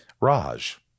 Raj